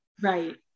Right